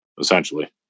essentially